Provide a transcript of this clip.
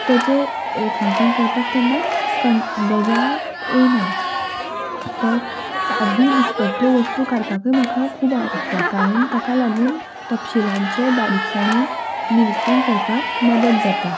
तेचें रेखांकन करपाक केन्नाच कण बेजार येयना तर सादी दिसपट्ट्यो वस्तू काडपाकूय म्हाका खूब आवडटा कारण ताका लागून तपशीलांचे बारीकसाणेन निरीक्षण करपाक मदत जाता